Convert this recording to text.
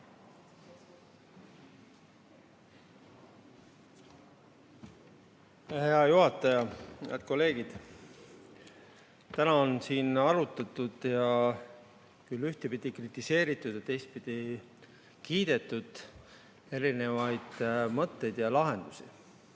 Hea juhataja! Head kolleegid! Täna on siin arutatud ja ühtepidi kritiseeritud ja teistpidi kiidetud erinevaid mõtteid ja lahendusi.